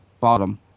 bottom